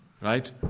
right